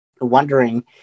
wondering